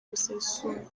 busesuye